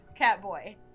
Catboy